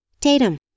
Tatum